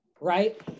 Right